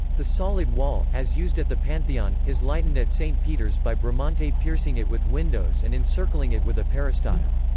the solid wall, as used at the pantheon, is lightened at st. peter's by bramante piercing it with windows and encircling it with a peristyle.